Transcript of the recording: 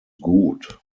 gut